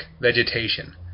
vegetation